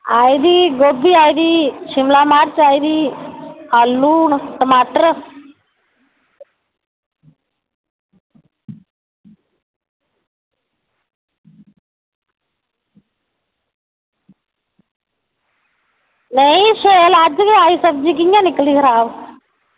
आई दी गोभी आई दी शिमला मर्च आई दी आलू न टमाटर न नेईं अज्ज गै आई सब्ज़ी कि'यां निकलनी खराब